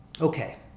Okay